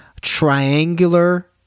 triangular